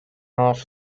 off